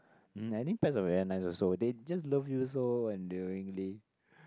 mmhmm I think pets are very nice also they just love you so endearingly